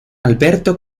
alberto